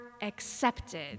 accepted